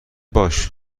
باش